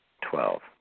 twelve